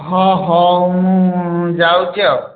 ହଁ ହେଉ ମୁଁ ଯାଉଛି ଆଉ